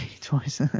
twice